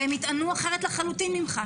והם יטענו אחרת לחלוטין ממך,